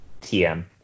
TM